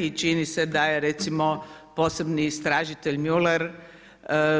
I čini se da je recimo posebni istražitelj …